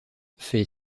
fait